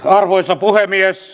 arvoisa puhemies